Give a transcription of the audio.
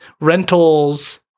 rentals –